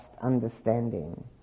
understanding